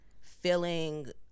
feeling